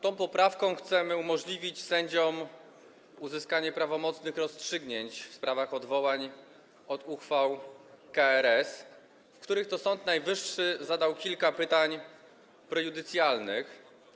Tą poprawką chcemy umożliwić sędziom uzyskanie prawomocnych rozstrzygnięć w sprawach odwołań od uchwał KRS, w których to Sąd Najwyższy zadał kilka pytań prejudycjalnych.